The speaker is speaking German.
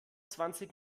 zwanzig